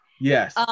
Yes